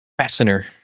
fastener